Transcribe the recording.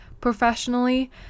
professionally